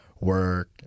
Work